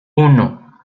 uno